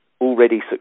already